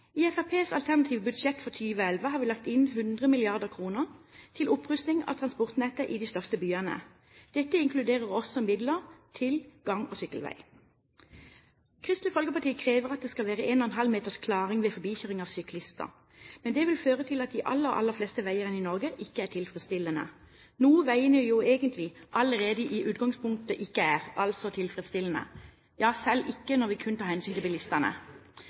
I Fremskrittspartiets alternative budsjett for 2011 har vi lagt inn 100 mrd. kr til opprusting av transportnettet i de største byene. Dette inkluderer også midler til gang- og sykkelveier. Kristelig Folkeparti krever at det skal være 1,5 m klaring ved forbikjøring av syklister, men det vil føre til at de aller fleste veiene i Norge ikke er tilfredsstillende, noe veiene allerede i utgangspunktet ikke er – altså tilfredsstillende. Ja, selv ikke når vi kun tar hensyn til bilistene.